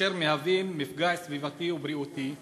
אשר מהווים מפגע סביבתי ובריאותי לתושבים.